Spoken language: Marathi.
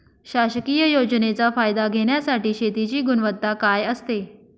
शासकीय योजनेचा फायदा घेण्यासाठी शेतीची गुणवत्ता काय असते?